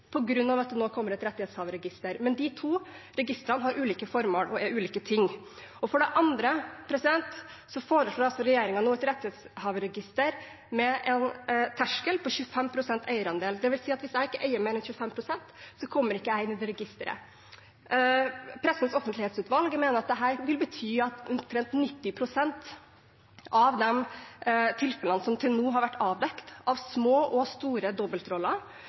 at det nå kommer et rettighetshaverregister. Men de registrene har ulike formål og er ulike ting. For det andre foreslår altså regjeringen nå et rettighetshaverregister med en terskel på 25 pst. eierandel, dvs. at hvis jeg ikke eier mer enn 25 pst., kommer jeg ikke inn i det registeret. Pressens Offentlighetsutvalg mener at dette vil bety at omtrent 90 pst. av tilfellene som til nå har vært avdekket av små og store dobbeltroller,